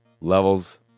levels